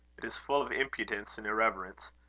it is full of impudence and irreverence.